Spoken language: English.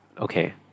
Okay